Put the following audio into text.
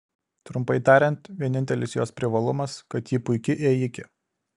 trumpai tariant vienintelis jos privalumas kad ji puiki ėjikė